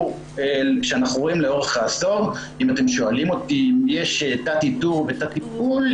אם אתם שואלים אותי אם יש תת איתור ותת טיפול,